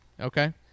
okay